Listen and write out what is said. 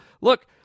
Look